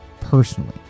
personally